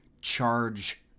charge